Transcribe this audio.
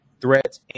threats